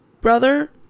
Brother